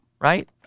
Right